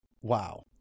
Wow